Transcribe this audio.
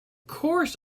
course